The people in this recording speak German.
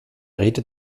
redet